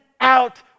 out